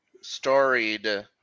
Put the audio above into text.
storied